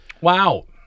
wow